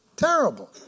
Terrible